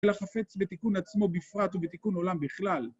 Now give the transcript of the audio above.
ולחפץ בתיקון עצמו בפרט ובתיקון עולם בכלל.